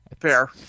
Fair